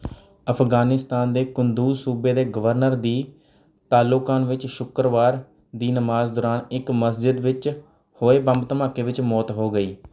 ਅਫ਼ਗ਼ਾਨਿਸਤਾਨ ਦੇ ਕੁੰਦੂਜ਼ ਸੂਬੇ ਦੇ ਗਵਰਨਰ ਦੀ ਤਾਲੋਕਾਨ ਵਿੱਚ ਸ਼ੁੱਕਰਵਾਰ ਦੀ ਨਮਾਜ਼ ਦੌਰਾਨ ਇੱਕ ਮਸਜਿਦ ਵਿੱਚ ਹੋਏ ਬੰਬ ਧਮਾਕੇ ਵਿੱਚ ਮੌਤ ਹੋ ਗਈ